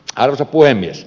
arvoisa puhemies